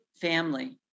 family